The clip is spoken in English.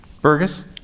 Burgess